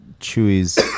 Chewie's